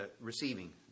receiving